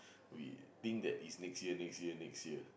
we think that it's next year next year next year